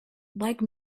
like